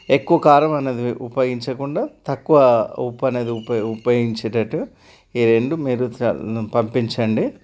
ఎక్కువ కారం అనేది ఎ ఉపయోగించకుండా తక్కువ ఉప్పు అనేది ఉప ఉపయోగించేటట్టు ఈ రెండు మీరు పంపించండి